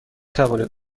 توانید